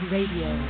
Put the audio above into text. Radio